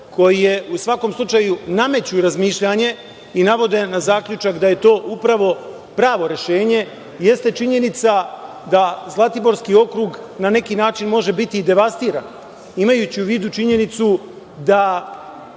koje u svakom slučaju nameću razmišljanje i navode na zaključak da je to upravo pravo rešenje jeste činjenica da Zlatiborski okrug na neki način može biti i devastiran, imajući u vidu činjenicu da